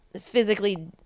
physically